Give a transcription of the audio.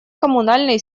коммунальной